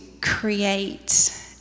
create